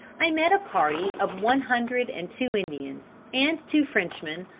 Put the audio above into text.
i met a party of one hundred and two indians, and two frenchmen,